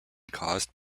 caused